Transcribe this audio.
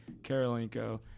Karolinko